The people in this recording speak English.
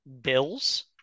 Bills